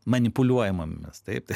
manipuliuoja mumis taip